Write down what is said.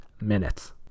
minutes